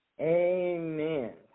Amen